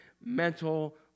mental